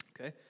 okay